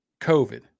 covid